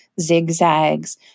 zigzags